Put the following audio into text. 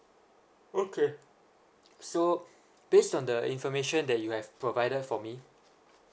okay so based on the information that you have provided for me